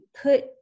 put